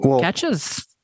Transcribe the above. catches